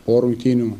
po rungtynių